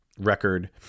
record